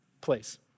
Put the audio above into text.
place